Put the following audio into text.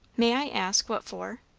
may i ask what for?